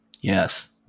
Yes